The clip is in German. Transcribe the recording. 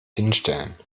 hinstellen